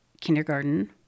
kindergarten